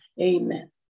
Amen